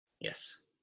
Yes